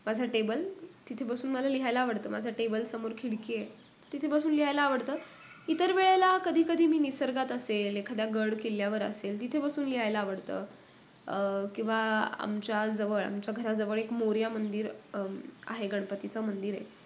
माझं टेबल तिथे बसून मला लिहायला आवडतं माझं टेबलसमोर खिडकी आहे तिथे बसून लिहायला आवडतं इतर वेळेला कधी कधी मी निसर्गात असेल एखाद्या गड किल्ल्यावर असेल तिथे बसून लिहायला आवडतं किंवा आमच्याजवळ आमच्या घराजवळ एक मोरया मंदिर आहे गणपतीचं मंदिर आहे